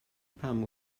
pam